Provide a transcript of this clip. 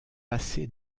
passé